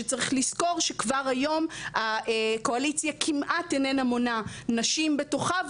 שצריך לזכור שכבר היום הקואליציה כמעט איננה מונה נשים בתוכה,